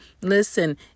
Listen